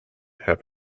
have